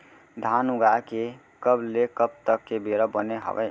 धान उगाए के कब ले कब तक के बेरा बने हावय?